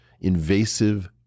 invasive